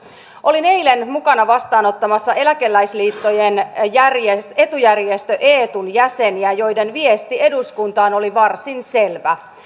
olin eilen mukana vastaanottamassa eläkeläisliittojen etujärjestön eetun jäseniä joiden viesti eduskuntaan oli varsin selvä